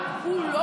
רק הוא לא.